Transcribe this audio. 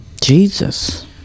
Jesus